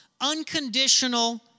unconditional